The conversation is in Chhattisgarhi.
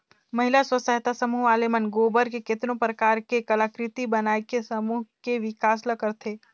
महिला स्व सहायता समूह वाले मन गोबर ले केतनो परकार के कलाकृति बनायके समूह के बिकास ल करथे